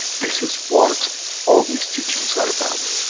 this is what all these teachings ah about.